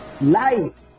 Life